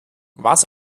was